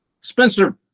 spencer